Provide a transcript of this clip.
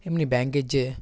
এমনি ব্যাংকের যে